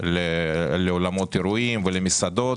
לאולמות אירועים ולמסעדות.